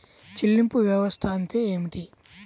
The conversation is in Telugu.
చెల్లింపు వ్యవస్థ అంటే ఏమిటి?